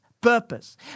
Purpose